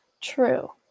True